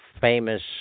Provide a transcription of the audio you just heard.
famous